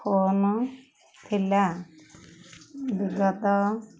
phone ଥିଲା ବିଗତ